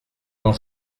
quand